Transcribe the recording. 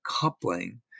coupling